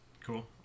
Cool